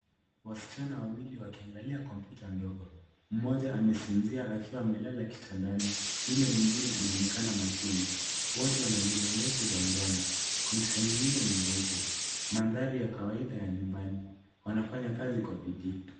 Wasichana wawili wakiangalia kompyuta ndogo. Mmoja amesinzia akiwa amelala kitandani. Yule mwingine anaonekana makini. Wote wana nywele ndefu za njano. Kompyuta nyingine ni nyeupe. Mandhari ya kawaida ya nyumbani. Wanafanya kazi kwa bidii.